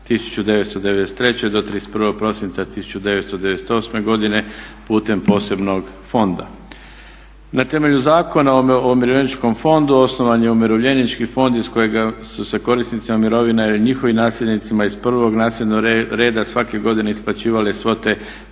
1993.do 31.prosinca 1998.godine putem posebnog fonda. Na temelju Zakona o Umirovljeničkom fondu osnovan je Umirovljenički fond iz kojega su se korisnicima mirovina ili njihovim nasljednicima iz prvog nasljednog reda svake godine isplaćivale svote